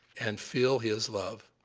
and feel his love.